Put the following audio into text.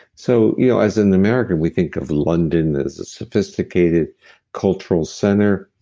so you know as an american, we think of london this sophisticated cultural center.